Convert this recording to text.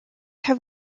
have